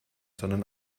sondern